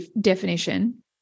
definition